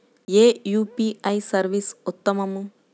ఏ UPI service ఉత్తమము?